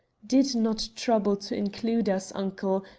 did not trouble to include us, uncle,